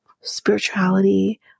spirituality